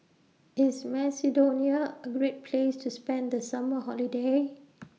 IS Macedonia A Great Place to spend The Summer Holiday